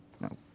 No